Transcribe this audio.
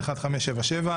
חוק ומשפט נתקבלה.